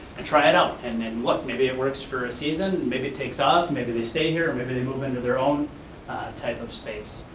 and try it out and then look. maybe it works for a season, maybe it takes off, maybe they stay here, or maybe they move in to their own type of space.